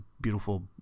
beautiful